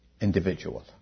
individual